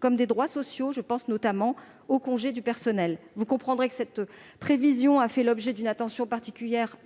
comme des droits sociaux- je pense notamment aux congés du personnel. Vous comprendrez que cette prévision a fait l'objet, cette année, d'une attention particulière